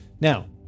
Now